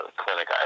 clinic